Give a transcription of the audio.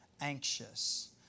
anxious